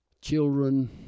Children